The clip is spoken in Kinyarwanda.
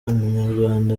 umunyarwanda